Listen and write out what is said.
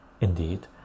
indeed